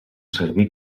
serví